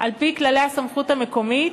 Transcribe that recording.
על-פי כללי הסמכות המקומית,